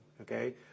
okay